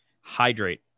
hydrate